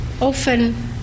often